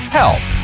help